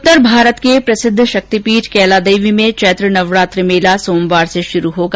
उत्तर भारत के प्रसिद्ध शक्तिपीठ कैलादेवी में चैत्र नवरात्रि मेला सोमवार से शुरू होगा